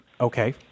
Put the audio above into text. Okay